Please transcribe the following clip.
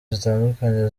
zitandukanye